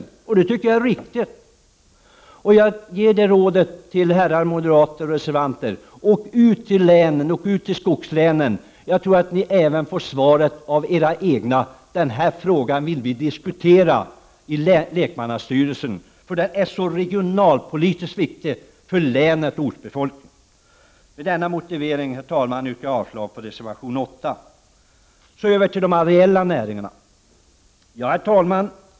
Det är också 29 november 1989 riktigt. RAA RS AN Jag vill ge de moderata reservanterna ett råd: Åk ut till skogslänen, så får ni svar av era egna! De vill diskutera frågan i lekmannastyrelsen — en sådan debatt är regionalpolitiskt viktig för länet och ortsbefolkningen. Med denna motivering yrkar jag avslag på reservation nr 8. Därmed går jag över till de areella näringarna.